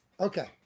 Okay